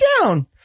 down